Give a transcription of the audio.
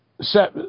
Set